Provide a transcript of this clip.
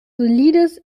solides